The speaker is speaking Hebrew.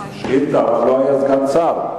שאילתא, אבל לא היה סגן השר.